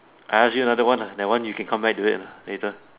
I ask you another one lah that one you can come back to it lah later